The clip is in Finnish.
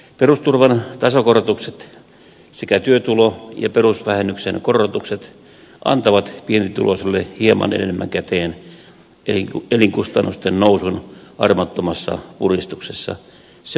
perusturvan tasokorotukset sekä työtulo ja perusvähennyksen korotukset antavat pienituloisille hieman enemmän käteen elinkustannusten nousun armottomassa puristuksessa se on tosiasia